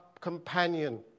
companion